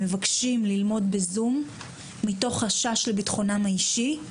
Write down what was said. מבקשים ללמוד בזום מתוך חשש לביטחונם האישי,